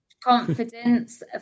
confidence